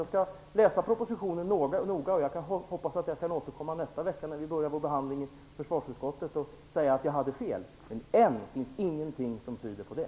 Jag skall läsa propositionen noga, och jag hoppas att jag kan återkomma nästa vecka när vi börjar behandlingen i försvarsutskottet och säga att jag hade fel. Än finns ingenting som tyder på det.